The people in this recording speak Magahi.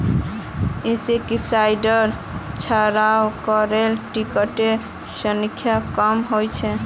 इंसेक्टिसाइडेर छिड़काव करले किटेर संख्या कम ह छ